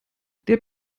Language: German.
der